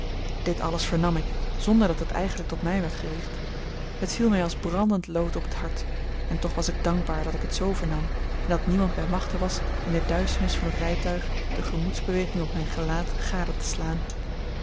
dit alles vernam ik zonder dat het eigenlijk tot mij werd gericht het viel mij als brandend lood op het hart en toch was ik dankbaar dat ik het zoo vernam en dat niemand bij machte was in de duisternis van het rijtuig de gemoedsbeweging op mijn gelaat gade te slaan